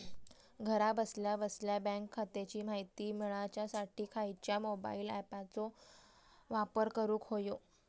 घरा बसल्या बसल्या बँक खात्याची माहिती मिळाच्यासाठी खायच्या मोबाईल ॲपाचो वापर करूक होयो?